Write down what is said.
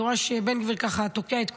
אני רואה שבן גביר ככה תוקע את כולם,